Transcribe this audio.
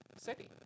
city